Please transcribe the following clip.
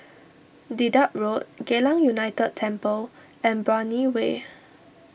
Dedap Road Geylang United Temple and Brani Way